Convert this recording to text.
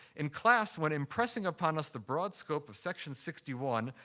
in class, when impressing upon us the broad scope of section sixty one,